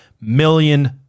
million